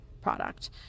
product